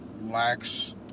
lacks